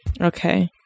Okay